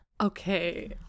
okay